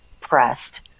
pressed